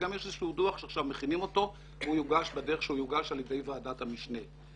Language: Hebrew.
יש עכשיו דוח שמכינים אותו והוא יוגש בדרך שיוגש על ידי ועדת המשנה.